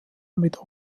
mit